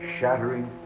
shattering